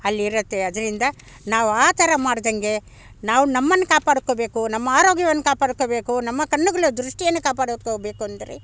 ಅಲ್ಲಿರುತ್ತೆ ಆದ್ರಿಂದ ನಾವು ಆ ಥರ ಮಾಡ್ದಂಗೆ ನಾವು ನಮ್ಮನ್ನು ಕಾಪಾಡ್ಕೊಬೇಕು ನಮ್ಮ ಆರೋಗ್ಯವನ್ನು ಕಾಪಾಡ್ಕೊಬೇಕು ನಮ್ಮ ಕಣ್ಣುಗಳ ದೃಷ್ಟಿಯನ್ನು ಕಾಪಾಡ್ಕೊಬೇಕು ಅಂದರೆ